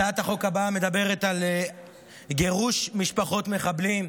הצעת החוק הבאה מדברת על גירוש משפחות מחבלים.